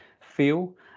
feel